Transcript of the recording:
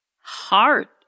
heart